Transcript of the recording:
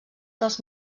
dels